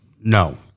No